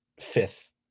fifth